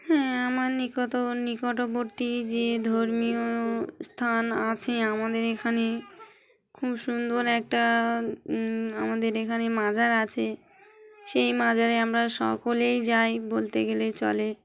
হ্যাঁ আমার নিকট নিকটবর্তী যে ধর্মীয় স্থান আছে আমাদের এখানে খুব সুন্দর একটা আমাদের এখানে মাজার আছে সেই মাজারে আমরা সকলেই যাই বলতে গেলে চলে